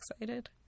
excited